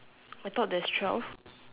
I thought there's twelve